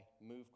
MOVE